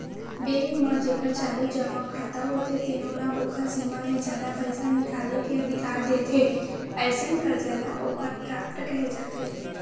bank म जेखर चालू जमा खाता होथे तेनो ल ओखर सीमा ले जादा पइसा निकाले के अधिकार देथे, अइसन करजा ल ओवर ड्राफ्ट केहे जाथे